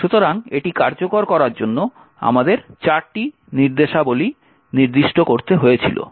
সুতরাং এটি কার্যকর করার জন্য আমাদের চারটি নির্দেশাবলী নির্দিষ্ট করতে হয়েছিল